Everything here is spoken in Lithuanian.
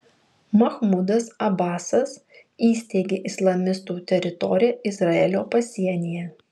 mahmudas abasas įsteigė islamistų teritoriją izraelio pasienyje